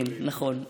כן, נכון.